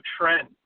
trend